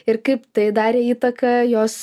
ir kaip tai darė įtaką jos